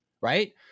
Right